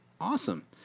awesome